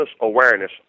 awareness